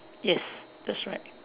yes that's right